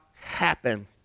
happen